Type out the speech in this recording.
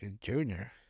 Junior